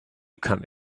come